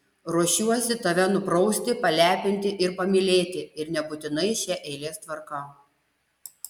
ruošiuosi tave nuprausti palepinti ir pamylėti ir nebūtinai šia eilės tvarka